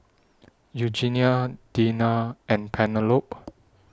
Eugenia Deanna and Penelope